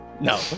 No